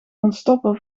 ontstopper